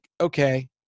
okay